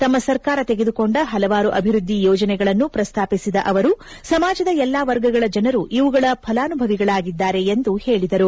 ತಮ್ಮ ಸರ್ಕಾರ ತೆಗೆದುಕೊಂಡ ಹಲವಾರು ಅಭಿವೃದ್ದಿ ಯೋಜನೆಗಳನ್ನು ಪ್ರಸ್ತಾಪಿಸಿದ ಅವರು ಸಮಾಜದ ಎಲ್ಲಾ ವರ್ಗಗಳ ಜನರು ಇವುಗಳ ಫಲಾನುಭವಿಗಳಾಗಿದ್ದಾರೆ ಎಂದು ಹೇಳಿದರು